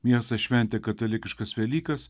miestas šventė katalikiškas velykas